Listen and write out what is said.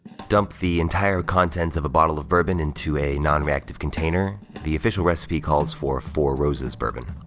dump the entire contents of a bottle of bourbon into a nonreactive container, the official recipe calls for four roses bourbon.